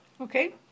Okay